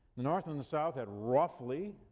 the north and the south had roughly,